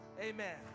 Amen